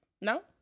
No